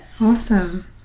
Awesome